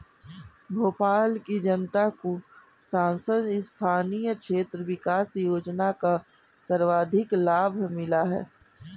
भोपाल की जनता को सांसद स्थानीय क्षेत्र विकास योजना का सर्वाधिक लाभ मिला है